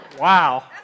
Wow